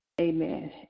Amen